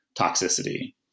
toxicity